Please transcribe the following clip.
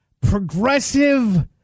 progressive